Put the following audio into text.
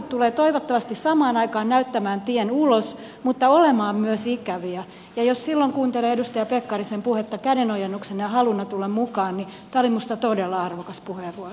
ratkaisut tulevat samaan aikaan toivottavasti näyttämään tien ulos mutta olemaan myös ikäviä ja jos silloin kuuntelee edustaja pekkarisen puhetta kädenojennuksena ja haluna tulla mukaan niin tämä oli minusta todella arvokas puheenvuoro